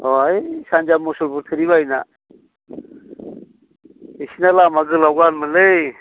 अ ओइ सान्जा मुसलपुर थुरिबारिना बिसिना लामा गोलाव गानमोनलै